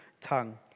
tongue